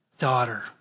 Daughter